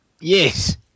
Yes